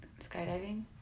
skydiving